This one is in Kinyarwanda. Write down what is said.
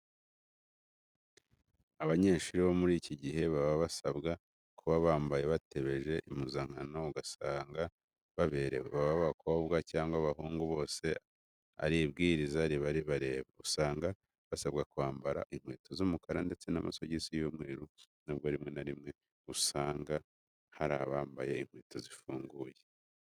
Abanyeshuri bo muri iki gihe baba basabwa kuba bambaye batebeje impuzankano ugasanga baberewe. Baba abakobwa cyangwa abahungu bose iri bwirizwa riba ribareba. Usanga basabwa kwambara inkweto z'umukara ndetse n'amasogisi y'umweru nubwo rimwe na rimwe usanga hari abambaye inkweto zifunguye.